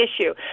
issue